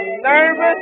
nervous